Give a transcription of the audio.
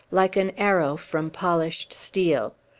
like an arrow from polished steel.